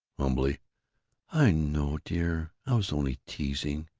humbly i know, dear. i was only teasing.